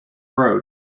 road